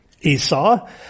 Esau